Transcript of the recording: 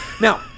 Now